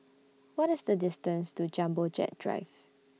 What IS The distance to Jumbo Jet Drive